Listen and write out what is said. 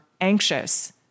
anxious